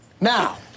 Now